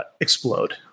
explode